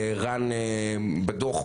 רן בדוח,